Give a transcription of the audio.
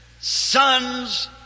son's